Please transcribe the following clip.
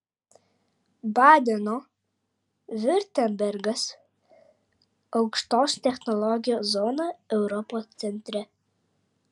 badeno viurtembergas aukštos technologijos zona europos centre